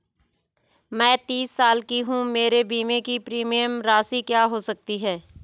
मैं तीस साल की हूँ मेरे बीमे की प्रीमियम राशि क्या हो सकती है?